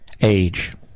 age